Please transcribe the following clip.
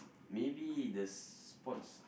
maybe the spots